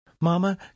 Mama